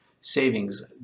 savings